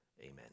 amen